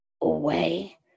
Away